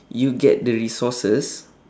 you get the resources